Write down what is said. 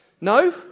No